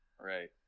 Right